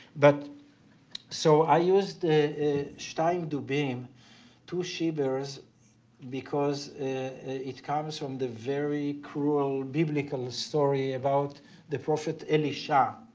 but so i used shtaim dubim two she-bears because it comes from the very cruel biblical story about the prophet elisha